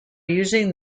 using